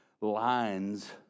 lines